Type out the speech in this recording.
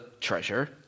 treasure